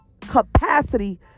capacity